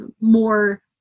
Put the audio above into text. more